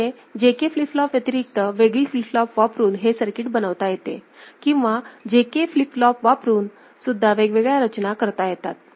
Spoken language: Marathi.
इथे J K फ्लिप फ्लॉप व्यतिरिक्त वेगळी फ्लिप फ्लॉप वापरून हे सर्किट बनवता येते किंवा J K फ्लिप फ्लॉप वापरून सुद्धा वेगवेगळ्या रचना करता येतात